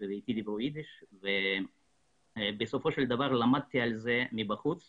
אתי דיברו יידיש ובסופו של דבר למדתי על זה מבחוץ,